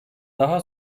daha